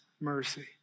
mercy